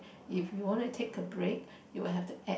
if you want to take a break you will have to add